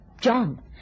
John